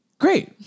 Great